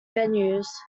venues